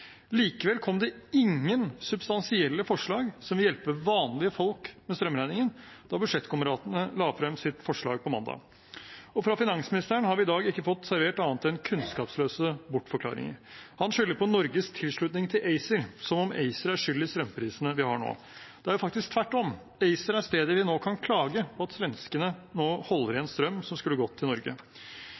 Likevel kom det ingen substansielle forslag som ville hjulpet vanlige folk med strømregningen da budsjettkameratene la frem sitt forslag på mandag. Fra finansministeren har vi i dag ikke fått servert annet enn kunnskapsløse bortforklaringer. Han skylder på Norges tilslutning til ACER, som om ACER er skyld i strømprisene vi har nå. Det er faktisk tvert om: ACER er stedet vi nå kan klage på at svenskene nå holder igjen strøm som skulle gått til Norge.